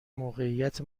موقعیت